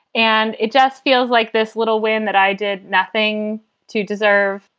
and it just feels like this little wind that i did nothing to deserve.